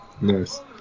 Nice